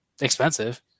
expensive